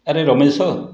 ଆରେ ରମେଶ